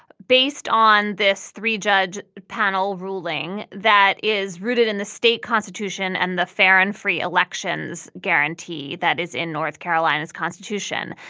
based on this three judge panel ruling that is rooted in the state constitution and the fair and free elections guarantee that is in north carolina's constitution.